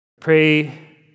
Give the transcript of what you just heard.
Pray